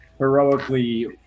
heroically